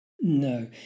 No